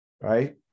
right